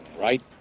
right